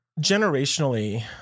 generationally